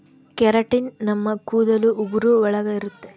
keratin ನಮ್ ಕೂದಲು ಉಗುರು ಒಳಗ ಇರುತ್ತೆ